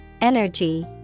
energy